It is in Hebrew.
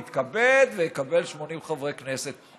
יתכבד ויקבל 80 חברי כנסת,